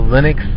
Linux